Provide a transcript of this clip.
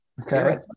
Okay